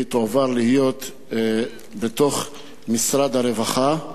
והיא תועבר למשרד הרווחה.